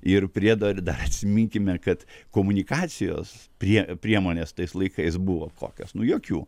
ir priedo ir dar atsiminkime kad komunikacijos prie priemonės tais laikais buvo kokios nu jokių